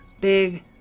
Big